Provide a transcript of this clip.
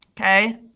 okay